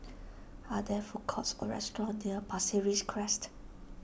are there food courts or restaurants near Pasir Ris Crest